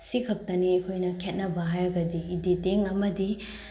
ꯁꯤ ꯈꯛꯇꯅꯤ ꯑꯩꯈꯣꯏꯅ ꯈꯦꯠꯅꯕ ꯍꯥꯏꯔꯒꯗꯤ ꯏꯗꯤꯇꯤꯡ ꯑꯃꯗꯤ